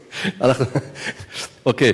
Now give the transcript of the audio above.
אוקיי.